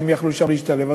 והם יכלו להשתלב שם,